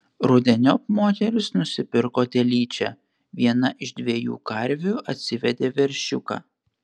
rudeniop moteris nusipirko telyčią viena iš dviejų karvių atsivedė veršiuką